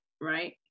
right